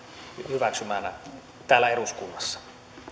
hyväksymänä täällä eduskunnassa